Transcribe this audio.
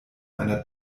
einer